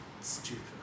stupid